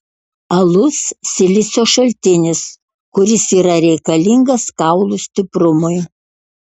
alus silicio šaltinis kuris yra reikalingas kaulų stiprumui